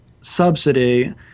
subsidy